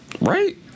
right